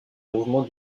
mouvement